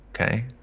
Okay